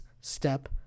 step